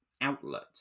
outlet